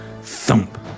thump